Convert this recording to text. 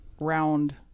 round